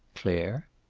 clare?